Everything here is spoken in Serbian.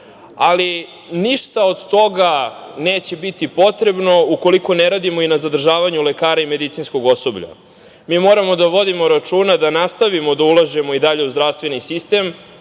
ništa od toga neće biti potrebno, ukoliko ne radimo i na zadržavanju lekara i medicinskog osoblja. Moramo da vodimo računa da nastavimo da ulažemo i dalje u zdravstveni sistem